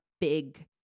big